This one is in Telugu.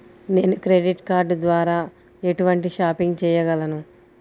నేను క్రెడిట్ కార్డ్ ద్వార ఎటువంటి షాపింగ్ చెయ్యగలను?